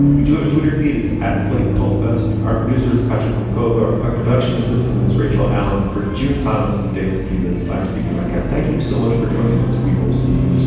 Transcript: we do have a twitter feed. it's at slate kulp fest. our producers, kutcher combover, a production assistant, is rachel allen for june thomas and dana steven times, tv makeup. thank you so much for joining us. we will see